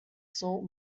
cents